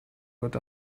wird